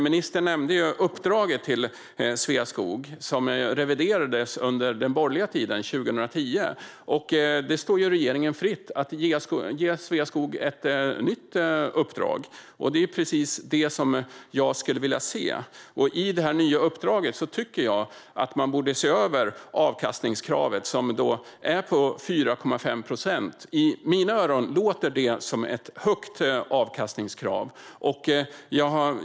Ministern nämnde uppdraget till Sveaskog, som reviderades 2010 under den borgerliga regeringen. Det står regeringen fritt att ge Sveaskog ett nytt uppdrag, och det är precis det jag skulle vilja se. I det nya uppdraget tycker jag att man borde se över avkastningskravet, som alltså är på 4,5 procent. I mina öron låter det som ett högt avkastningskrav.